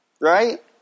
right